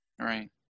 right